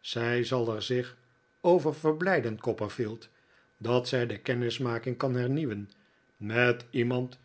zij zal er zich over verblijden copperfield dat zij de kennismaking kan hernieuwen met iemand